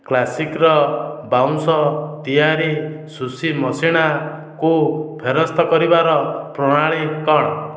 କ୍ଲାସିକ୍ର ବାଉଁଶ ତିଆରି ଶୁଶି ମଶିଣାକୁ ଫେରସ୍ତ କରିବାର ପ୍ରଣାଳୀ କ'ଣ